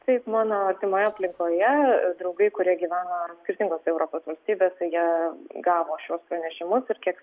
taip mano artimoje aplinkoje draugai kurie gyvena skirtingose europos valstybėse jie gavo šiuos pranešimus ir kiek